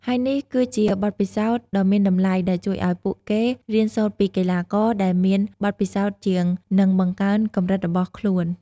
ហើយនេះគឺជាបទពិសោធន៍ដ៏មានតម្លៃដែលជួយឱ្យពួកគេរៀនសូត្រពីកីឡាករដែលមានបទពិសោធន៍ជាង និងបង្កើនកម្រិតរបស់ខ្លួន។